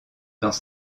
dans